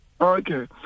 Okay